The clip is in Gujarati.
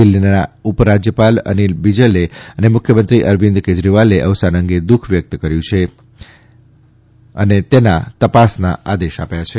દિલ્ફીના ઉપરાજ્યપાલ અનિલ બેજલે અને મુખ્યમંત્રી અરવિંદ કેજરીવાલે અવસાન અંગે દુઃખ વ્યક્ત કર્યું છે તેની મેજીસ્ટરીયલ તપાસના આદેશ આપ્યા છે